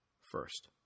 first